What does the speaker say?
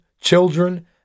children